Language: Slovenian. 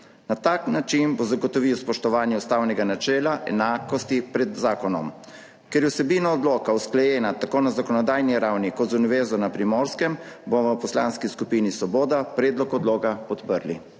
Na tak način bo zagotovil spoštovanje ustavnega načela enakosti pred zakonom. Ker je vsebina odloka usklajena tako na zakonodajni ravni kot z Univerzo na Primorskem, bomo v Poslanski skupini Svoboda predlog odloka podprli.